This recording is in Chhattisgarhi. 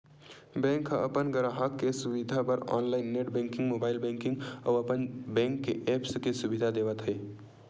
बेंक ह अपन गराहक के सुबिधा बर online net banking, mobile banking अउ अपन बेंक के ऐप्स के सुबिधा देवत हे